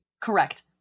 Correct